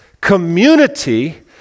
community